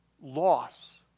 Loss